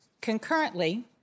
Concurrently